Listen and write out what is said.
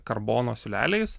karbono siūleliais